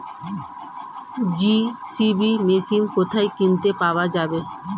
JCB machine কোথায় কিনতে পাওয়া যাবে?